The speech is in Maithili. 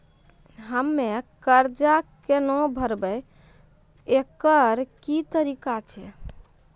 हम्मय कर्जा केना भरबै, एकरऽ की तरीका छै?